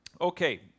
okay